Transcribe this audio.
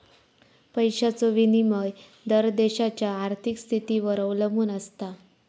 पैशाचो विनिमय दर देशाच्या आर्थिक स्थितीवर अवलंबून आसता